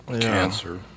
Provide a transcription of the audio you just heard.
Cancer